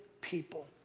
people